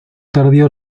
tardío